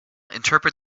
interpret